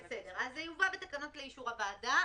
בסדר, אז זה יובא בתקנות לאישור הוועדה.